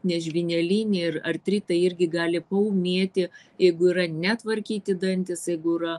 nes žvynelinė ir artritai irgi gali paūmėti jeigu yra ne tvarkyti dantis jeigu yra